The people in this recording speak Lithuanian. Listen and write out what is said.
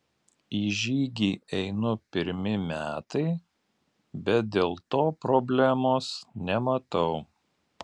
į žygį einu pirmi metai bet dėl to problemos nematau